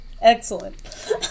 Excellent